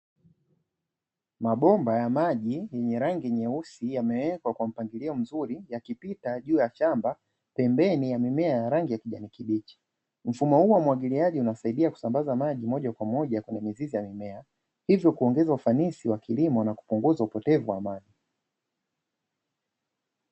mabomba ya maji yenye rangi nyeusi yamewekwa kwa mpangilio mzuri yakipita juu ya shamba, pembeni ya mimea yaa rangi ya kijani kibichi mfumo huu unasaidia kusambaza maji hadi kwenye mizizi ya mimea ili kuongeza ufanisi na kuzuia upotevu wa maji.